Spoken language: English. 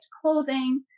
clothing